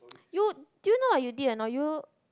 you do you know what you did or not you